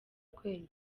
ukwezi